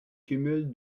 cumul